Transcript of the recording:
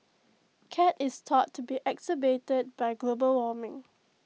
C A T is thought to be exacerbated by global warming